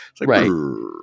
Right